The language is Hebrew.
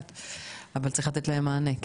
צריך לתת להם מענה.